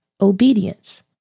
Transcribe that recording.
obedience